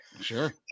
Sure